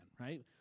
right